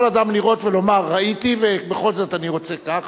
יכול אדם לראות ולומר: ראיתי ובכל זאת אני רוצה כך.